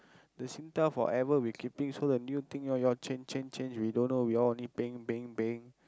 the Singtel forever we keeping so the new thing you you all change change change we don't know we only paying paying paying